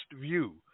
view